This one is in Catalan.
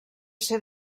ser